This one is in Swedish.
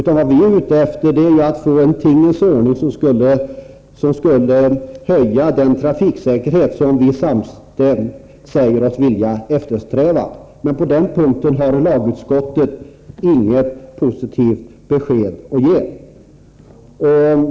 Vad vi är ute efter är att få en sådan tingens ordning som skulle öka den trafiksäkerhet som vi samstämt säger oss vilja eftersträva. Men på den punkten har lagutskottet inget positivt besked att ge.